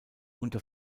unter